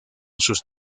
sus